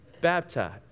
baptized